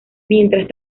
mientras